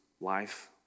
life